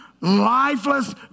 lifeless